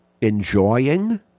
enjoying